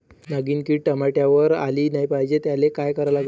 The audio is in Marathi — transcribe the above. नागिन किड टमाट्यावर आली नाही पाहिजे त्याले काय करा लागन?